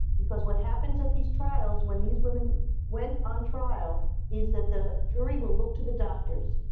because what happens at these trials when these women went on trial is that the jury will look to the doctors.